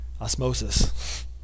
osmosis